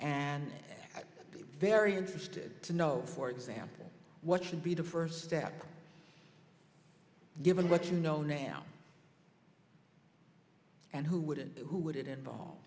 were very interested to know for example what should be the first step given what you know now and who wouldn't who would it involve